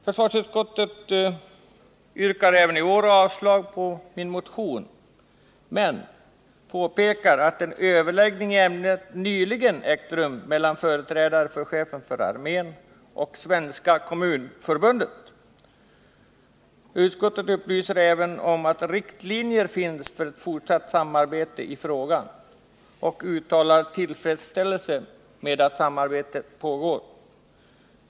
Försvarsutskottet yrkar även i år avslag på min motion, men påpekar att en överläggning i ämnet nyligen ägt rum mellan företrädare för chefen för armén och Svenska kommunförbundet. Utskottet upplyser även om att riktlinjer finns för ett fortsatt samarbete i frågan och uttalar tillfredsställelse med att samarbete pågår.